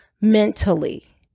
mentally